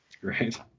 great